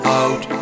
out